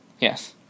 Yes